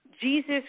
Jesus